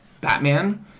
Batman